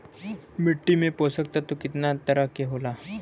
मिट्टी में पोषक तत्व कितना तरह के होला?